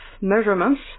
measurements